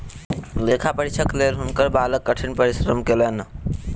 लेखा परीक्षक के लेल हुनकर बालक कठिन परिश्रम कयलैन